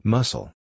Muscle